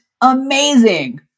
amazing